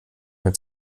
mit